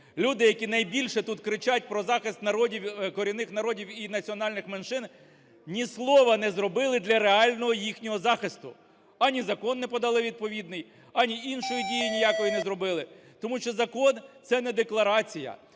Люди, які найбільше тут кричать про захист народів, корінних народів і національних меншин, ні слова не зробили для реального їхнього захисту: ані закон не подали відповідний, ані іншої дії ніякої не зробили. Тому що закон – це не декларація.